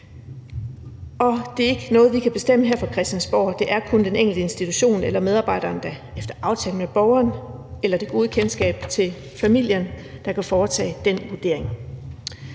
og det er ikke noget, vi kan bestemme her fra Christiansborg; det er kun den enkelte institution eller medarbejder, der efter aftale med borgeren eller med det gode kendskab til familien kan foretage den vurdering.